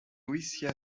lucía